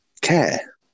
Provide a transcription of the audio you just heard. care